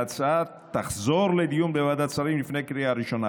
ההצעה תחזור לדיון בוועדת שרים לפני קריאה ראשונה.